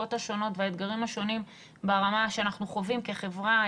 המצוקות השונות והאתגרים השונים ברמה שאנחנו חווים כחברה,